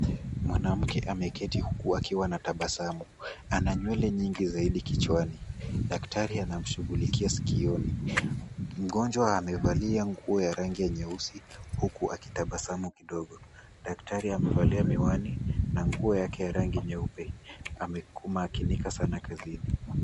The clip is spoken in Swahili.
Mwanamke ameketi huku akiwa na tabasamu, ana nywele nyingi zaidi kichwani daktari anamshulikia skioni mgonjwa amevalia nguo ya rangi nyeusi huku akitabasamu kidogo daktari amevalia miwani na nguo yake nyeupe amemakinika sana kazini.